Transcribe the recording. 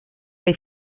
dai